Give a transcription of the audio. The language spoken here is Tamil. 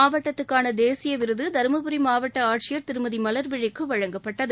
மாவட்டத்துக்கான தேசிய விருது தருமபுரி மாவட்ட ஆட்சியர் திருமதி மலர்விழிக்கு வழங்கப்பட்டது